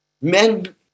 Men